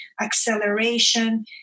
acceleration